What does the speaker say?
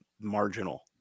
marginal